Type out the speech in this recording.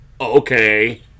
Okay